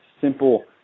simple